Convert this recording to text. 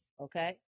okay